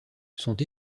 sont